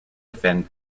defend